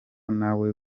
nawe